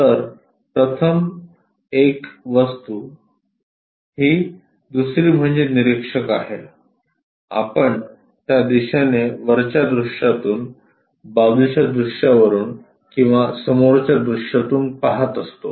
तर प्रथम एक वस्तू ही दुसरी म्हणजे निरीक्षक आहे आपण त्या दिशेने वरच्या दृश्यातून बाजूच्या दृश्यावरून किंवा समोरच्या दृश्यातून पहात आहोत